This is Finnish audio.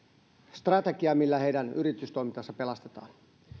strategiaa millä heidän yritystoimintansa pelastetaan